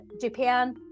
Japan